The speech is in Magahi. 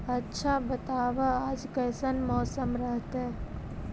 आच्छा बताब आज कैसन मौसम रहतैय?